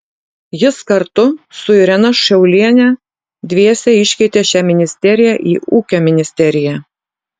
jis kartu su irena šiaulienė dviese iškeitė šią ministeriją į ūkio ministeriją